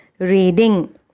reading